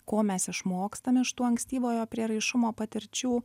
ko mes išmokstame iš tų ankstyvojo prieraišumo patirčių